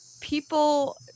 people